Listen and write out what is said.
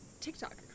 TikTok